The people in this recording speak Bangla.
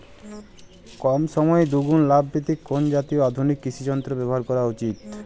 কম সময়ে দুগুন লাভ পেতে কোন জাতীয় আধুনিক কৃষি যন্ত্র ব্যবহার করা উচিৎ?